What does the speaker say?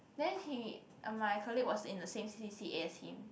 then he uh my colleague was from the same c_c_a as him